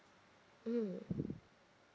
mm